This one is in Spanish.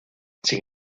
sin